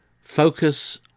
Focus